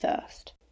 first